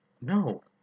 No